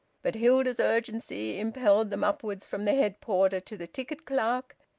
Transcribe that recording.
but hilda's urgency impelled them upwards from the head porter to the ticket clerk,